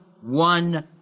one